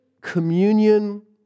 communion